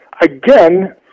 again